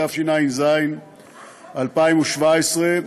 התשע"ז 2017,